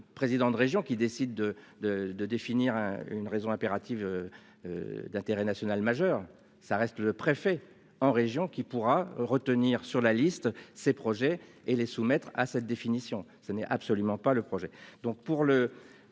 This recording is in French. président de région qui décident de de de définir une raison impérative. D'intérêt national majeur, ça reste le préfet en région qui pourra retenir sur la liste. Ces projets et les soumettre à cette définition. Ce n'est absolument pas le projet donc pour le